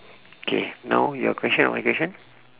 K now your question or my question